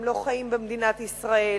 הם לא חיים במדינת ישראל,